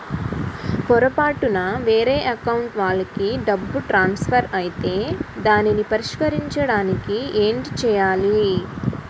పొరపాటున వేరే అకౌంట్ వాలికి డబ్బు ట్రాన్సఫర్ ఐతే దానిని పరిష్కరించడానికి ఏంటి చేయాలి?